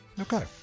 okay